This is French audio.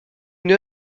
une